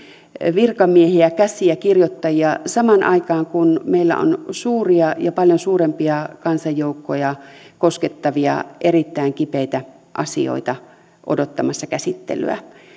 virkamiehiä käsiä kirjoittajia samaan aikaan kun meillä on suuria ja paljon suurempia kansanjoukkoja koskettavia erittäin kipeitä asioita odottamassa käsittelyä